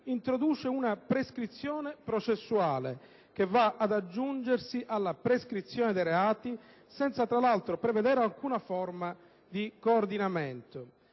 introduce una prescrizione processuale che va ad aggiungersi alla prescrizione dei reati, senza tra l'altro prevedere alcuna forma di coordinamento.